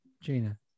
Gina